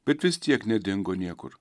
bet vis tiek nedingo niekur